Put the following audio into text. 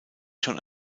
schon